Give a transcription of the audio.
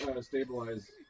Stabilize